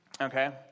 Okay